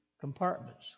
compartments